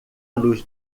luz